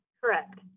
correct